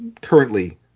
currently